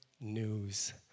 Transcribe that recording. news